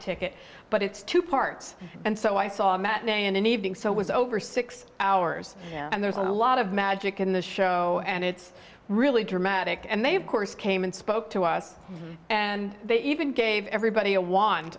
ticket but it's two parts and so i saw a matinee and an evening so was over six hours and there's a lot of magic in the show and it's really dramatic and they have course came and spoke to us and they even gave everybody a wand